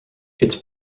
its